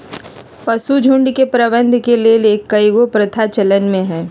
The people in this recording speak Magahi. पशुझुण्ड के प्रबंधन के लेल कएगो प्रथा चलन में हइ